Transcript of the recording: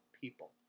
people